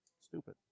stupid